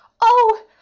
Oh